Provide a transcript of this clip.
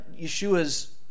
Yeshua's